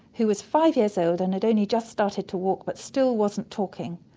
who was five years old and had only just started to walk but still wasn't talking,